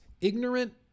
Ignorant